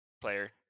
player